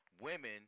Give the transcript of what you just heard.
women